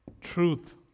truth